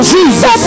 Jesus